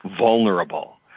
vulnerable